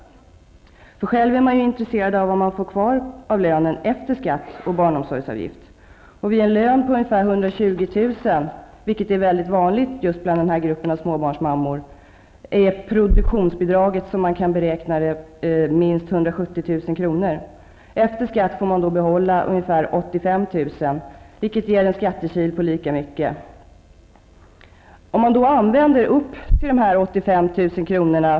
Själv är man ju intresserad av vad man får kvar av lönen efter skatt och barnomsorgsavgift. Vid en lön på 120 000 kr. -- vilket är vanligt bland denna grupp av småbarnsmammor -- är det beräknade produktionsbidraget minst 170 000 kr. Efter skatt får man behålla ungefär 85 000 kr., vilket ger en skattekil på lika mycket. Att använda belopp som kan uppgå till dessa 85 000 kr.